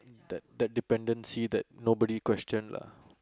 that that dependency that nobody question lah